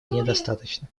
недостаточно